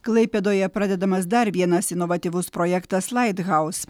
klaipėdoje pradedamas dar vienas inovatyvus projektas light house